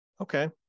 Okay